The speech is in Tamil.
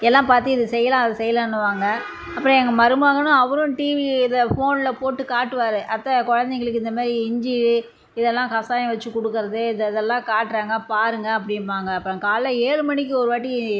எல்லாம் பார்த்து இது செய்யலாம் அது செய்யலானுவாங்க அப்புறம் எங்கள் மருமகனும் அவரும் டிவி இதை ஃபோனில் போட்டு காட்டுவார் அத்தை குழந்தைங்களுக்கு இந்த மாதிரி இஞ்சி இதெல்லாம் கஷாயம் வச்சு கொடுக்கறது இதை இதெல்லாம் காட்டுறாங்க பாருங்க அப்படிம்பாங்க அப்புறம் காலைல ஏழு மணிக்கு ஒரு வாட்டி